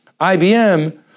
IBM